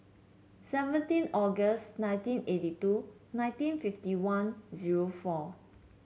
seventeen August nineteen eighty two nineteen fifty one zero four